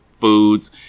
foods